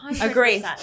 agree